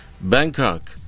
Bangkok